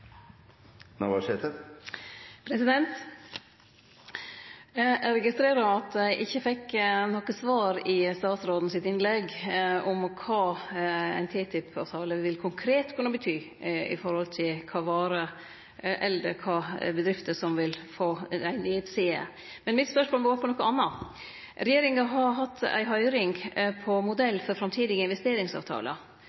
kva ein TTIP-avtale konkret vil kunne bety i høve til kva for bedrifter som vil få ei nedside. Men mitt spørsmål går på noko anna. Regjeringa har hatt ei høyring på